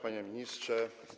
Panie Ministrze!